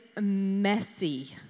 messy